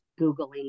googling